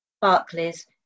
Barclays